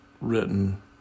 written